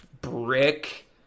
Brick